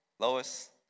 Lois